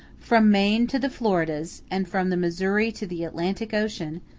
from maine to the floridas, and from the missouri to the atlantic ocean,